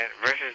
versus